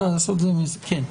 כן.